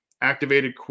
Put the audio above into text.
activated